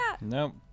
Nope